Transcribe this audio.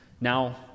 now